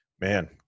man